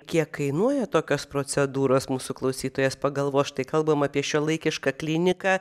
kiek kainuoja tokios procedūros mūsų klausytojas pagalvos štai kalbam apie šiuolaikišką kliniką